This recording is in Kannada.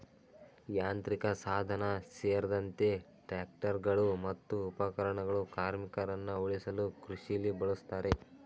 ಯಾಂತ್ರಿಕಸಾಧನ ಸೇರ್ದಂತೆ ಟ್ರಾಕ್ಟರ್ಗಳು ಮತ್ತು ಉಪಕರಣಗಳು ಕಾರ್ಮಿಕರನ್ನ ಉಳಿಸಲು ಕೃಷಿಲಿ ಬಳುಸ್ತಾರೆ